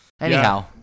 Anyhow